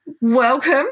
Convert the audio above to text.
welcome